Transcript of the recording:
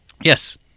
Yes